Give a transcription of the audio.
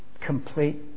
complete